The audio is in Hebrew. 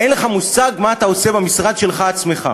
אין לך מושג מה אתה עושה במשרד שלך עצמך.